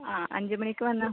ആ അഞ്ച് മണിക്ക് വന്നോ